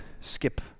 skip